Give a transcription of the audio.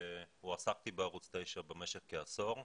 הועסקתי בערוץ 9 במשך כעשור,